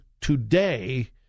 today